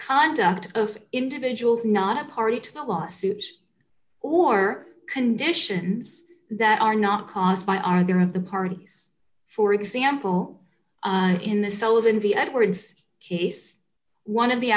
conduct of individuals not a party to the lawsuit or conditions that are not caused by argument the parties for example in the sullivan v edwards case one of the